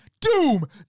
Doom